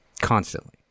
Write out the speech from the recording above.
Constantly